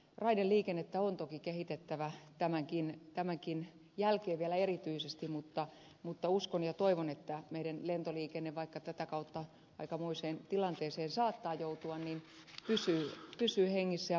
raideliikennettä on toki kehitettävä tämänkin jälkeen vielä erityisesti mutta uskon ja toivon että meidän lentoliikenteemme vaikka tätä kautta aikamoiseen tilanteeseen saattaa joutua pysyy hengissä ja voimissaan